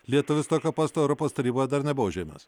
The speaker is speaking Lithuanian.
lietuvis tokio posto europos taryboje dar nebuvo užėmęs